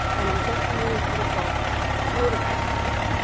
and there's some really beautiful photographs here.